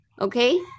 Okay